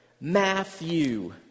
Matthew